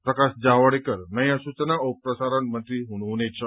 प्रकाश जावडेकर नयाँ सूचना औ प्रसारण मन्त्री हुनुहुनेछ